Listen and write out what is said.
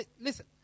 Listen